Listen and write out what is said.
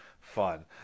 fun